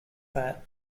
that